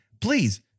Please